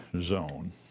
zone